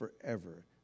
forever